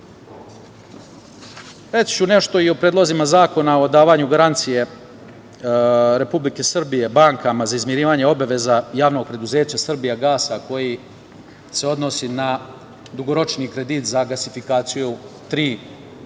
ću nešto i o predlozima zakona o davanju garancije Republike Srbije bankama za izmirivanje obaveza Javnog preduzeća „Srbijagasa“, koji se odnosi na dugoročni kredit za gasifikaciju tri